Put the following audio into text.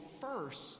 first